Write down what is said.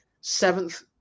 Seventh